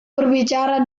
berbicara